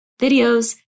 videos